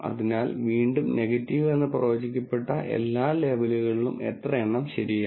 അതിനാൽ വീണ്ടും നെഗറ്റീവ് എന്ന് പ്രവചിക്കപ്പെട്ട എല്ലാ ലേബലുകളിലും എത്രയെണ്ണം ശരിയാണ്